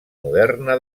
moderna